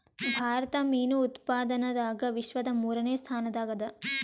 ಭಾರತ ಮೀನು ಉತ್ಪಾದನದಾಗ ವಿಶ್ವದ ಮೂರನೇ ಸ್ಥಾನದಾಗ ಅದ